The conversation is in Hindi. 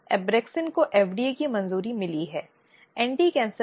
लेकिन इसके कोड में क्या निहित है